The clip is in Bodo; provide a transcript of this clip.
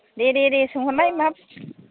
दे दे दे सोंहरनाय मा बस्थु